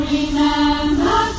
Remember